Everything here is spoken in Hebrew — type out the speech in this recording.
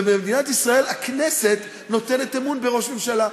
ובמדינת ישראל הכנסת נותנת אמון בראש ממשלה.